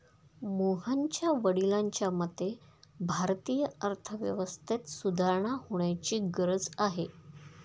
मोहनच्या वडिलांच्या मते, भारतीय अर्थव्यवस्थेत सुधारणा होण्याची गरज आहे